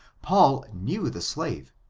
paul knew the slave,